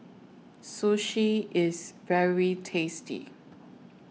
Sushi IS very tasty